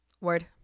word